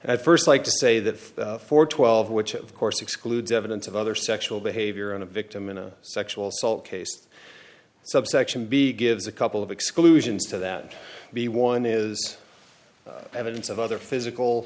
at first like to say that for twelve which of course excludes evidence of other sexual behavior on a victim in a sexual assault case subsection b gives a couple of exclusions to that b one is evidence of other physical